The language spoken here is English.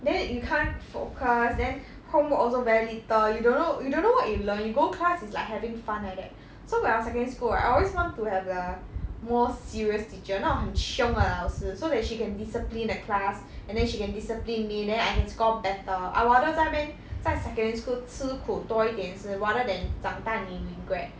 then you can't focus then homework also very little you don't know you don't know what you learn you go class is like having fun like that so when I was secondary school right I always want to have the most serious teacher 那种很凶的老师 so that she can discipline the class and then she can discipline me then I can score better I rather 在那边在 secondary school 吃苦多一点死 rather than 长大你 regret